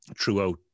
throughout